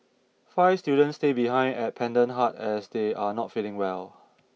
five students stay behind at Pendant Hut as they are not feeling well